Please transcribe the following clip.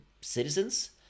citizens